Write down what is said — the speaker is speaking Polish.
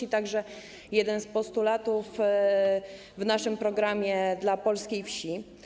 Był to także jeden z postulatów w naszym programie dla polskiej wsi.